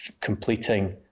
completing